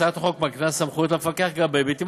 הצעת החוק מקנה סמכויות למפקח גם בהיבטים